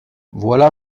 voilà